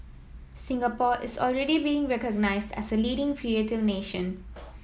Singapore is already being recognised as a leading creative nation